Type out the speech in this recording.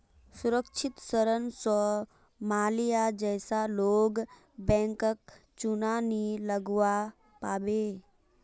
सुरक्षित ऋण स माल्या जैसा लोग बैंकक चुना नी लगव्वा पाबे